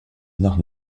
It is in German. nach